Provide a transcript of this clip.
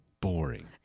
boring